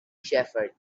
shepherd